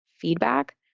feedback